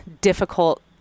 difficult